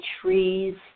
trees